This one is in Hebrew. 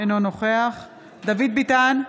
אינו נוכח דוד ביטן,